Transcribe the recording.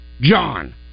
John